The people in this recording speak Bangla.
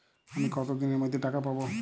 আমি কতদিনের মধ্যে টাকা পাবো?